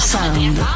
Sound